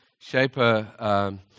Shaper